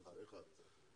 זה אחת.